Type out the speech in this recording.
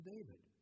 David